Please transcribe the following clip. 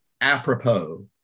Apropos